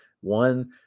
one